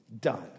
done